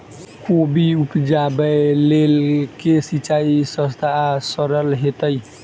कोबी उपजाबे लेल केँ सिंचाई सस्ता आ सरल हेतइ?